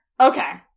Okay